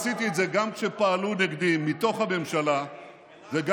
עשיתי את זה גם כשפעלו נגדי מתוך הממשלה וגם